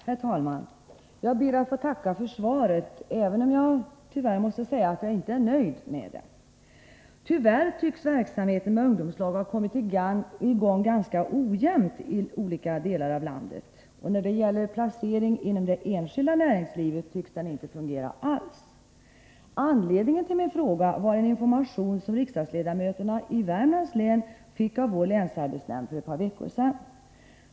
Herr talman! Jag ber att få tacka för svaret, även om jag dess värre måste säga att jag inte är nöjd med det. Tyvärr tycks verksamheten med ungdomslag ha kommit i gång ganska ojämnt i olika delar av landet. När det gäller placering inom det enskilda näringslivet tycks lagen inte fungera alls. Anledningen till min fråga var en information som riksdagsledamöterna i Värmlands län fick av länsarbetsnämnden för ett par veckor sedan.